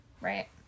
Right